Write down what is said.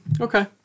okay